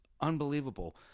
unbelievable